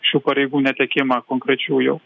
šių pareigų netekimą konkrečių jau